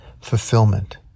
fulfillment